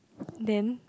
then